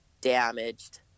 damaged